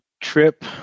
trip